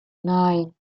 nine